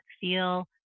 feel